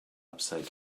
upside